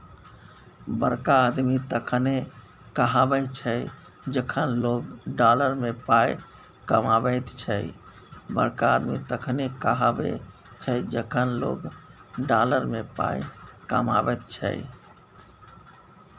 बड़का आदमी तखने कहाबै छै जखन लोक डॉलर मे पाय कमाबैत छै